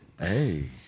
Hey